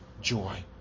joy